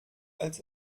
als